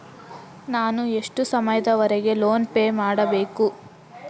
ನಾನು ಎಷ್ಟು ಸಮಯದವರೆಗೆ ಲೋನ್ ಪೇ ಮಾಡಬೇಕು?